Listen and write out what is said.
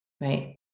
right